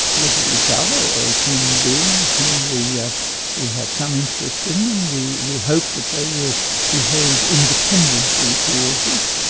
look at each other as human beings? um we yeah we have some interest in them, we we hope that they will behave independently towards us.